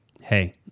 hey